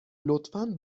لطفا